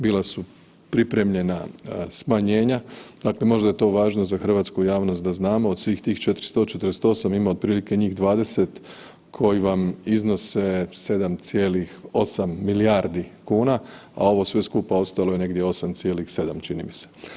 Bila su pripremljena smanjenja, dakle možda je to važno za hrvatsku javnost da znamo, od svih tih 448, ima otprilike njih 20 koji vam iznose 7,8 milijardi kuna, a ovo sve skupa ostalo je negdje 8,7, čini mi se.